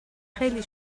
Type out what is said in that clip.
خیلی